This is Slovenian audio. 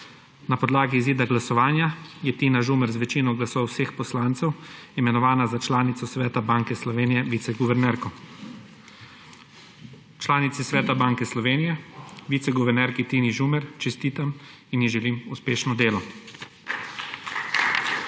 Na podlagi izida glasovanja je Tina Žumer z večino glasov vseh poslancev imenovana za članico Sveta Banke Slovenije – viceguvernerko. Članici Sveta Banke Slovenije – viceguvernerki Tini Žumer čestitam in ji želim uspešno delo.